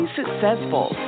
successful